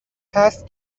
هست